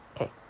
Okay